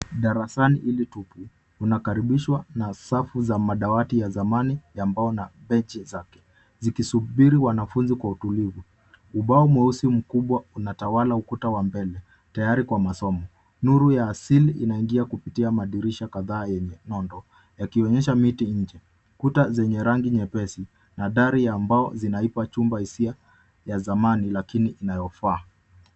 Darasani ilitupu. Unakaribishwa na safu za madawati ya zamani ya mbao na penchi zake. Nikisubiri wanafunzi kwa utulivu. Ubao mweusi mkubwa, unatawala ukuta wa mbele, tayari kwa masomo. Nuru ya asili inaingia kupitia madirisha kadhaa yenye nondo. Kuta zenye rangi nyepesi. Natari ya mbao zinaipa chumba hisia ya zamani lakini inayofaa.